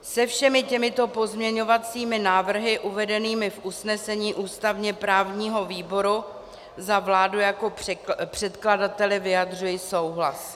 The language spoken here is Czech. Se všemi těmito pozměňovacími návrhy uvedenými v usnesení ústavněprávního výboru za vládu jako předkladatele vyjadřuji souhlas.